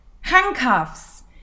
handcuffs